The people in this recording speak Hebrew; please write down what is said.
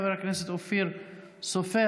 חבר הכנסת אופיר סופר,